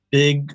big